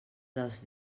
dels